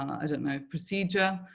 i don't know, procedure.